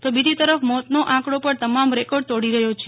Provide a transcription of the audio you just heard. તો બીજી તરફ મોતનો આંકડો પણ તમામ રેકોર્ડ તોડી રહ્યો છે